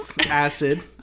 acid